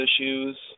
issues